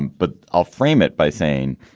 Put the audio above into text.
but i'll frame it by saying,